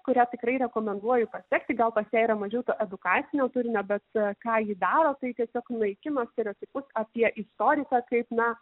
kurią tikrai rekomenduoju pasekti gal pas ją yra mažiau edukacinio turinio bet ką ji daro tai tiesiog naikina stereotipus apie istoriką kaip na